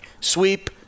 Sweep